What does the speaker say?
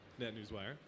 NetNewsWire